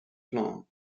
plant